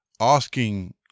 asking